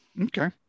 okay